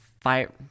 fire